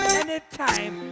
anytime